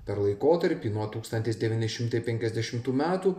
per laikotarpį nuo tūkstantis devyni šimtai penkiasdešimtų metų